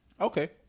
Okay